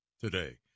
today